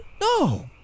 No